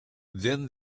then